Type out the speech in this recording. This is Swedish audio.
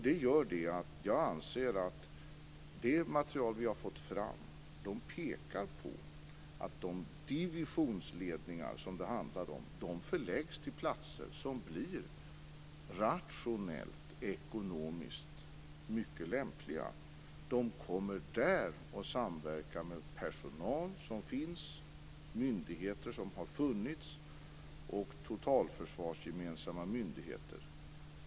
Detta gör att jag anser att det material vi har fått fram pekar på att de divisionsledningar som det handlar om förläggs till platser som blir rationellt ekonomiskt mycket lämpliga. De kommer där att samverka med personal som finns, myndigheter som har funnits och totalförsvarsgemensamma myndigheter.